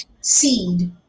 seed